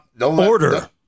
order